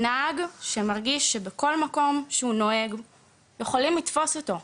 נהג שמרגיש שבכל מקום שהוא נוהג יכולים לתפוס אותו,